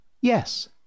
Yes